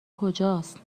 کجاست